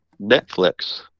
netflix